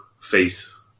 face